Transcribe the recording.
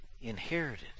inherited